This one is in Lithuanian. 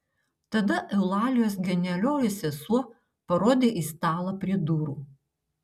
tada eulalijos genialioji sesuo parodė į stalą prie durų